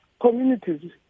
communities